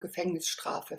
gefängnisstrafe